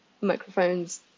microphones